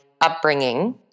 upbringing